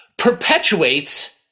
perpetuates